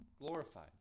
glorified